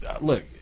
Look